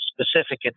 specific